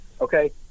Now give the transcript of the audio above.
okay